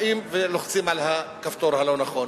באים ולוחצים על הכפתור הלא-נכון.